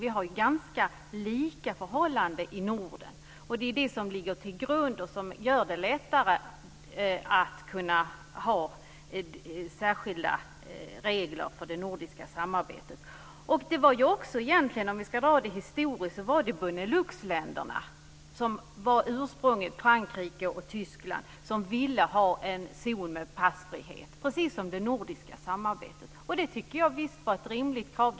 Vi har ganska likartade förhållanden i Norden. Det är det som ligger till grund och som gör det lättare att ha särskilda regler för det nordiska samarbetet. Historiskt sett var det Beneluxländerna, Frankrike och Tyskland som ville ha en zon med passfrihet, precis som i det nordiska samarbetet. Det var ett rimligt krav.